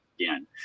again